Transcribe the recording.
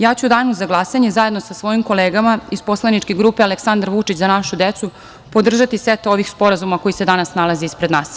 Ja ću u danu za glasanje, zajedno sa svojim kolegama iz poslaničke grupe Aleksandar Vučić – Za našu decu, podržati set ovih sporazuma koji se danas nalaze ispred nas.